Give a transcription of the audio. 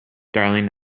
darling